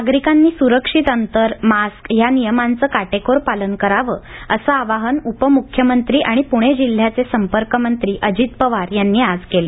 नागरिकांनी सुरक्षित अंतर मास्क या नियमांचं काटेकोर पालन करावं असं आवाहन उपमुख्यमंत्री आणि पुणे जिल्ह्याचे संपर्कमंत्री अजित पवार यांनी आज केलं